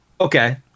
Okay